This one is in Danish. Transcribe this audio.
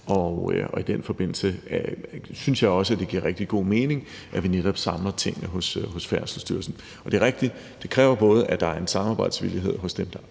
og i den forbindelse synes jeg også, at det giver rigtig god mening, at vi netop samler tingene hos Færdselsstyrelsen. Det er rigtigt, at det kræver, at der er en samarbejdsvilje både hos den, der